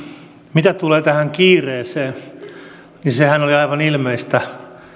mitä tulee tähän kiireeseen sehän oli aivan ilmeistä